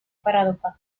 paradoja